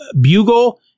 Bugle